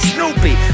Snoopy